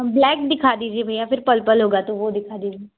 black दिखा दीजिए भैया फिर परपल होगा तो वो दिखा दीजिए